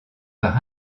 par